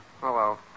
Hello